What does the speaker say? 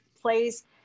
plays